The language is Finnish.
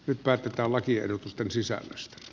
nyt päätetään lakiehdotusten sisällöstä